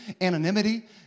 anonymity